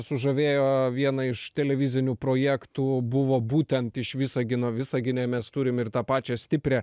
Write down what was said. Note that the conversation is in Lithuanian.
sužavėjo vieną iš televizinių projektų buvo būtent iš visagino visagine mes turim ir tą pačią stiprią